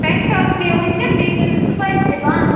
پیٚنٛٹاپ کھیٚیِو وُنکیٚن بیٚیہِ کٔرِو سٕپایسی بَنٛد